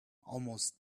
almost